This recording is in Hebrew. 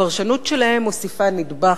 הפרשנות שלהם מוסיפה נדבך,